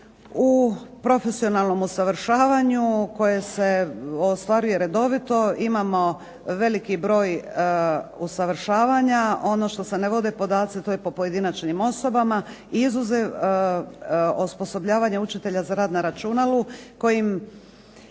U profesionalnom usavršavanju koje se ostvaruje redovito imamo veliki broj usavršavanja. One što se ne vode podaci to je po pojedinačnim osobama, izuzev osposobljavanja učitelja za rad na računalu kojim